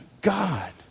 God